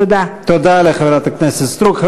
תודה לחברת הכנסת סטרוק.